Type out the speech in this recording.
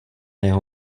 jeho